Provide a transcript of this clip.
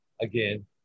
again